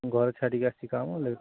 ଘରେ ଛାଡ଼ିକି ଆସିଛି କାମ